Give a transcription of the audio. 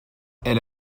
elle